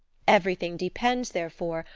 everything depends, therefore,